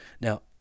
Now